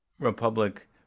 Republic